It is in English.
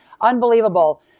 Unbelievable